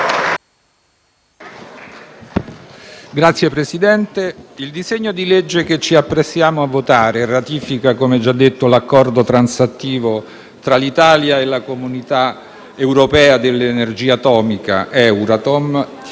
Signor Presidente, il disegno di legge che ci apprestiamo a votare ratifica, come già detto, l'Accordo transattivo fra l'Italia e la Comunità europea dell'energia atomica (Euratom)